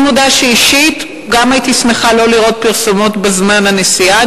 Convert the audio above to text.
אני מודה שאישית גם אני הייתי שמחה לא לראות פרסומות בזמן הנסיעה.